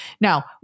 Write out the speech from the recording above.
Now